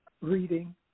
reading